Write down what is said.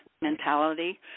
mentality